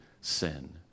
sin